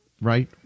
right